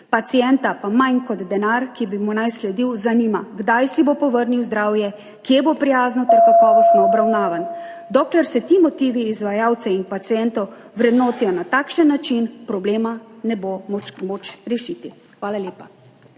Pacienta pa bolj kot denar, ki naj bi mu sledil, zanima, kdaj si bo povrnil zdravje, kje bo prijazno ter kakovostno obravnavan. Dokler se ti motivi izvajalcev in pacientov vrednotijo na takšen način, problema ne bo moč rešiti. Hvala lepa.